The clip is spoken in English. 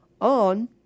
on